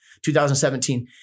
2017